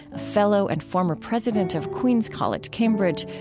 a fellow and former president of queen's college cambridge,